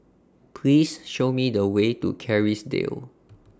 Please Show Me The Way to Kerrisdale